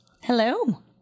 Hello